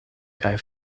kaj